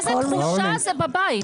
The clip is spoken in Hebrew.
איזה תחושה זה בבית?